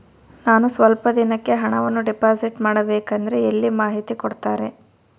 ನಾನು ಸ್ವಲ್ಪ ದಿನಕ್ಕೆ ಹಣವನ್ನು ಡಿಪಾಸಿಟ್ ಮಾಡಬೇಕಂದ್ರೆ ಎಲ್ಲಿ ಮಾಹಿತಿ ಕೊಡ್ತಾರೆ?